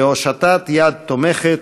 לתת יד תומכת,